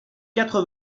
quatre